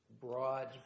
broad